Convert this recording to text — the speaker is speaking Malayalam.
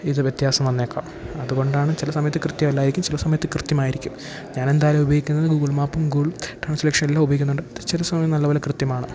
ഇതു വ്യത്യാസം വന്നേക്കാം അതുകൊണ്ടാണ് ചില സമയത്ത് കൃത്യമല്ലായിരിക്കും ചില സമയത്ത് കൃത്യമായിരിക്കും ഞാനെന്തായാലും ഉപയോഗിക്കുന്നത് ഗൂഗിൾ മാപ്പും ഗൂഗിൾ ട്രാസ്ലേഷൻ എല്ലാം ഉപയോഗിക്കുന്നുണ്ട് ചില സമയം നല്ലപോലെ കൃത്യമാണ്